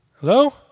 Hello